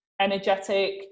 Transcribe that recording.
energetic